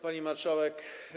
Pani Marszałek!